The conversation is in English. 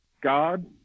God